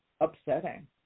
upsetting